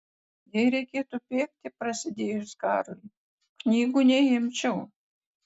jei reikėtų bėgti prasidėjus karui knygų neimčiau